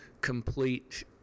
complete